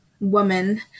woman